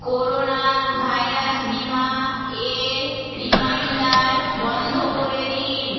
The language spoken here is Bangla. কোরোনা ভাইরাস বিমা এর রিমাইন্ডার বন্ধ করে দিন